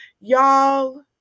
Y'all